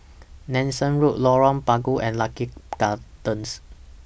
Nanson Road Lorong Bunga and Lucky Gardens